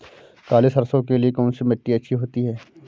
काली सरसो के लिए कौन सी मिट्टी अच्छी होती है?